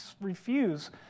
refuse